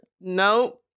no